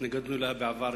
התנגדנו לה בעבר,